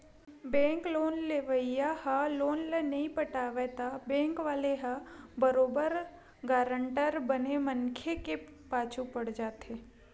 bank loan लेवइया ह loan ल नइ पटावय त बेंक वाले ह बरोबर गारंटर बने मनखे के पाछू पड़ जाथे